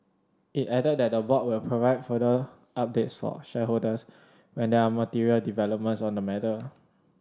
it added that the board will provide further updates for shareholders when there are material developments on the matter